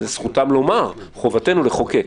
זכותם לומר, חובתנו לחוקק.